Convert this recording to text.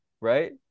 right